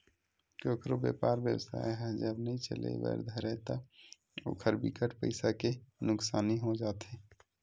कखरो बेपार बेवसाय ह जब नइ चले बर धरय ता ओखर बिकट पइसा के नुकसानी हो जाथे